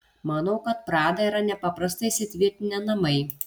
manau kad prada yra nepaprastai įsitvirtinę namai